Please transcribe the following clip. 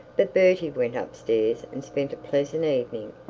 but bertie went up-stairs and spent a pleasant evening.